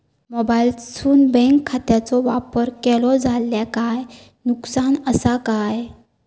मोबाईलातसून बँक खात्याचो वापर केलो जाल्या काय नुकसान असा काय?